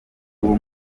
uwo